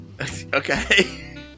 Okay